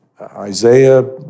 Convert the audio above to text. Isaiah